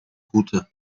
gute